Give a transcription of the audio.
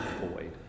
void